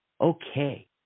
Okay